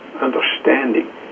understanding